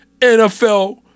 NFL